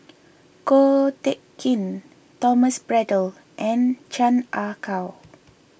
Ko Teck Kin Thomas Braddell and Chan Ah Kow